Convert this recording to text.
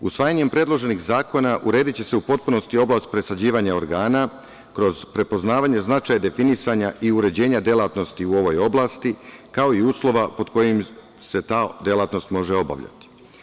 Usvajanjem predloženih zakona urediće se u potpunosti oblast presađivanja organa kroz prepoznavanja značaja, definisanja i uređenja delatnosti u ovoj oblasti, kao i uslova pod kojima se ta delatnost može obavljati.